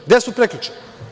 Gde su prekjuče?